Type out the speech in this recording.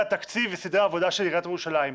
התקציב וסדרי העבודה של עיריית ירושלים.